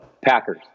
packers